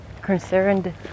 concerned